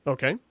Okay